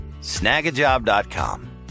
snagajob.com